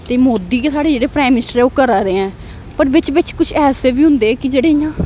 ते मोदी गै साढ़े जेह्ड़े प्राइम मिनिस्टर ओह् करा दे ऐ पर बिच बिच कुछ ऐसे बी होंदे कि जेह्ड़े इयां